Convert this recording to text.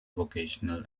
vocational